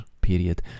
period